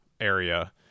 area